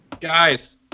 Guys